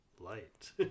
light